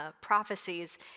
prophecies